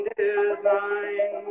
design